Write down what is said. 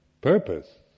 purpose